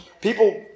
People